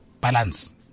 Balance